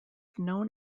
known